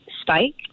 spike